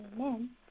Amen